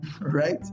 right